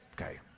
okay